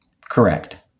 Correct